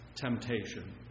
temptation